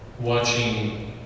watching